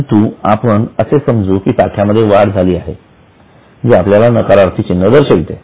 परंतु आपण असे समजू की साठ्यामध्ये वाढ झाली आहे जे आपल्याला नकारार्थी चिन्ह दर्शविते